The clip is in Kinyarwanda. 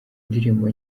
indirimbo